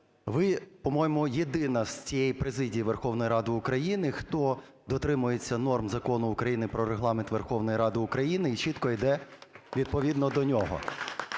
ви, по моєму, єдина з цієї президії Верховної Ради України, хто дотримується норм Закону України "Про Регламент Верховної Ради України", і чітко іде відповідно до нього.